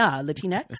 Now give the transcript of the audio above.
latinx